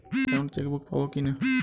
Account chequebook পাবো কি না?